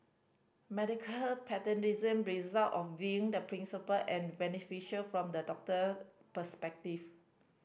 medical paternalism result of viewing the principle and beneficial from the doctor perspective